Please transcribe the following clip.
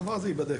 הדבר הזה ייבדק.